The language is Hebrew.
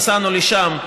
נסענו לשם,